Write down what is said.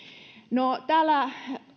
no täällä